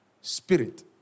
Spirit